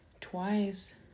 Twice